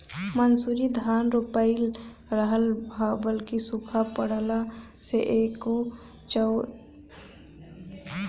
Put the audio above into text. मंसूरी धान रोपाइल रहल ह बाकि सुखा पड़ला से एको चाउर घरे ना आइल हवे